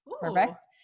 Perfect